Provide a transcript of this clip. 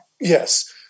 Yes